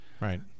Right